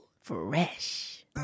fresh